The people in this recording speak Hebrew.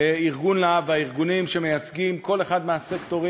ארגון "להב", הארגונים שמייצגים כל אחד מהסקטורים.